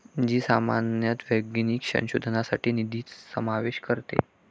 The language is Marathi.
जी सामान्यतः वैज्ञानिक संशोधनासाठी निधीचा समावेश करते